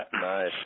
Nice